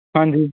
ਹਾਂਜੀ